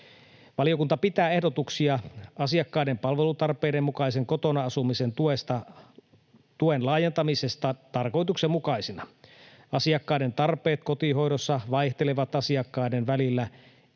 Valiokunta pitää ehdotuksia asiakkaiden palvelutarpeiden mukaisen kotona asumisen tuen laajentamisesta tarkoituksenmukaisina. Asiakkaiden tarpeet kotihoidossa vaihtelevat asiakkaiden välillä